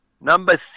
number